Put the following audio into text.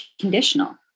conditional